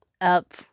up